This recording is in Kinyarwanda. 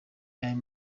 ayo